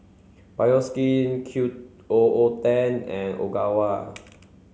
Bioskin Q O O Ten and Ogawa